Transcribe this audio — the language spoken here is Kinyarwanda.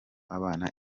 abana